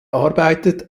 arbeitet